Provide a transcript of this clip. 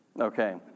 Okay